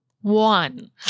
one